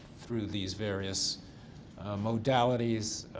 through these various modalities.